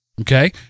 okay